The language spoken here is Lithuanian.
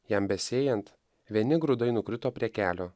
jam besėjant vieni grūdai nukrito prie kelio